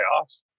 playoffs